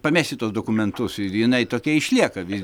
pamesi tuos dokumentus ir jinai tokia išlieka vis